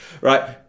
right